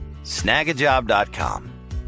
Snagajob.com